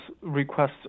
requests